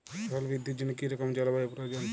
ফসল বৃদ্ধির জন্য কী রকম জলবায়ু প্রয়োজন?